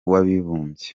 w’abibumbye